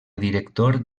director